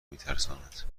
میترساند